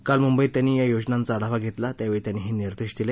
काल मुंबईत त्यांनी या योजनांचा आढावा घेतला त्यावेळी त्यांनी हे निर्देश दिले